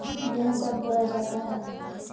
गेंहू कब बोया जाता हैं?